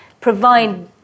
provide